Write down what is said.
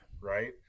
right